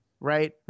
right